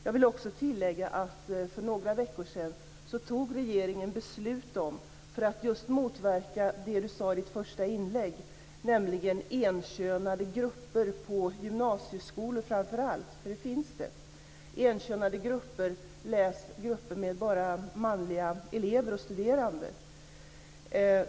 Jag vill också tillägga att regeringen för några veckor sedan tog ett beslut för att motverka det Carina Ohlsson nämnde i sitt första inlägg, nämligen enkönade grupper på framför allt gymnasieskolor - för sådana finns - med bara manliga elever och studerande.